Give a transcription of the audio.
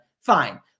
Fine